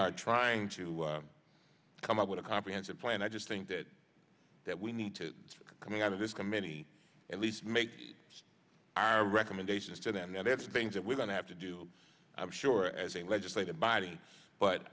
are trying to come up with a comprehensive plan i just think that that we need to coming out of this committee at least make our recommendations to them that's things that we're going to have to do i'm sure as a legislative body but